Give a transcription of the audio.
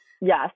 yes